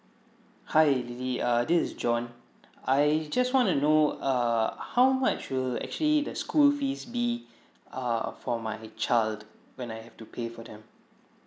hi lily uh this is john I just wanna know err how much will actually the school fees be ah for my child when I have to pay for them